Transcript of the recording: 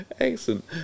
Excellent